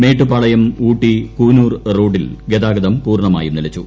മേട്ടുപ്പാളയം ഊട്ടി കൂനൂർ റോഡിൽ ഗതാഗതം പൂർണ്ണമായും നിലച്ചു